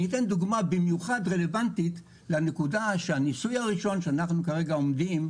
אני אתן דוגמה רלוונטית במיוחד לכך שהניסוי הראשון שאנחנו עושים עכשיו